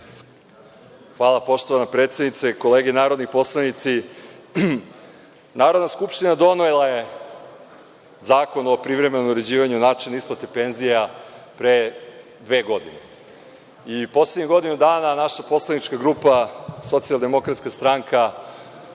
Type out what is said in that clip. Hvala poštovana predsednice, kolege narodni poslanici, Narodna skupština donela je Zakon o privremenom uređivanju načina isplate penzija pre dve godine. Poslednjih godinu dana naša poslanička grupa Socijaldemokratska stanka,